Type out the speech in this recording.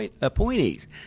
appointees